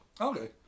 okay